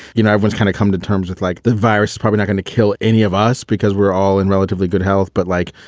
you know, everyone's kind of come to terms with like the virus is probably going to kill any of us because we're all in relatively good health. but like,